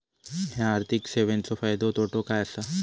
हया आर्थिक सेवेंचो फायदो तोटो काय आसा?